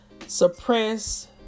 suppress